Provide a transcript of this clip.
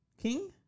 King